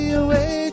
away